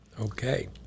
Okay